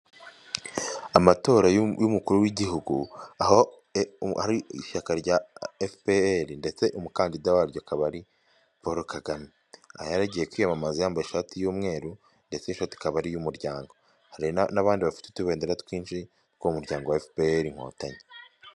Amatora y'umukuru w'igihugu, aho ari ishyaka rya efuperi ndetse umukandida waryo akaba ari Paul Kagame, yarii agiye kwiyamamaza yambaye ishati y'umweru, ndetse iyo shati ikaba ari iy'umuryango, n'abandi bafite utubedera twinshi tw'umuryango efuperi inkotanyi.